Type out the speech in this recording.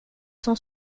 cent